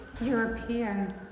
European